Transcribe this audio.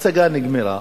ההצגה נגמרה,